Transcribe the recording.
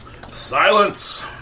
Silence